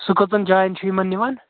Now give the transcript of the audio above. سُہ کٔژَن جایَن چھُ یِمن نِوان